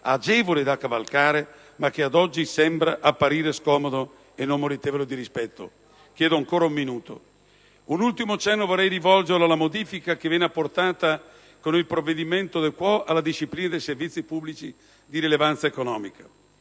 agevole da cavalcare, ma che ad oggi sembra apparire scomodo e non meritevole di rispetto. Un ultimo cenno vorrei rivolgerlo alla modifica che viene apportata con il provvedimento *de quo* alla disciplina dei servizi pubblici di rilevanza economica.